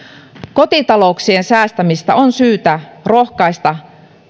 kotitalouksien säästämistä on syytä rohkaista